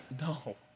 No